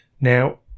Now